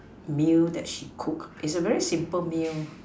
meal that she cooked is a very simple meal